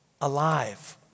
alive